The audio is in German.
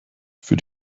für